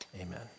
Amen